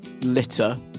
litter